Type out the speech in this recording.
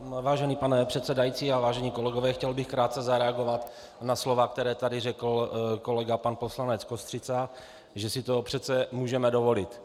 Vážený pane předsedající, vážení kolegové, chtěl bych krátce zareagovat na slova, která tady řekl kolega pan poslanec Kostřica, že si to přece můžeme dovolit.